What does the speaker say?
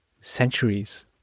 centuries